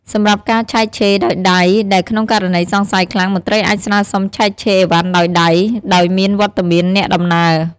សម្រាប់ការឆែកឆេរដោយដៃដែលក្នុងករណីសង្ស័យខ្លាំង មន្ត្រីអាចស្នើសុំឆែកឆេរឥវ៉ាន់ដោយដៃ ដោយមានវត្តមានអ្នកដំណើរ។